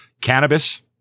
Cannabis